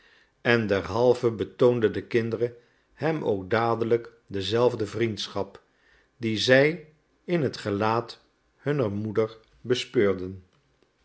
en derhalve betoonden de kinderen hem ook dadelijk dezelfde vriendschap die zij in het gelaat hunner moeder bespeurden